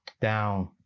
down